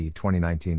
2019